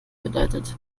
bedeutet